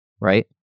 right